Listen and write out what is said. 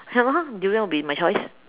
ya lor durian will be my choice